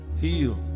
Heal